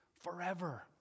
forever